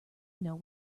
know